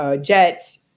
jet